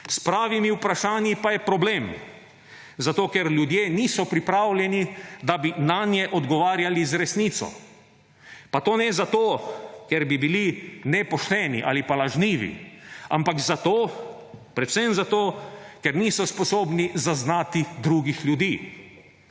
S pravimi vprašanji pa je problem zato, ker ljudje niso pripravljeni, da bi nanje odgovarjali z resnico. Pa to ne zato, ker bi bili nepošteni ali pa lažnivi, ampak zato, predvsem zato, ker niso sposobni zaznati drugih ljudi.